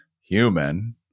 human